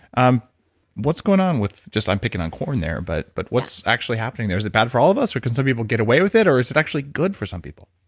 um what's going on with. i'm picking on corn there, but but what's actually happening there? is it bad for all of us or can so people get away with it, or is it actually good for some people?